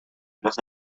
los